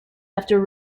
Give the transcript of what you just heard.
after